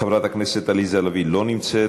חברת הכנסת עליזה לביא לא נמצאת,